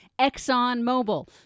ExxonMobil